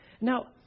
Now